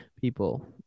people